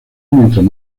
mientras